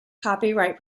copyright